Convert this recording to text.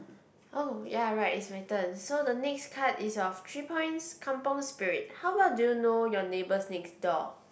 oh ya right is my turn so the next card is of three points Kampung Spirit how well do you know your neighbours next door